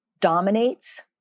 dominates